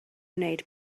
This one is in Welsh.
wneud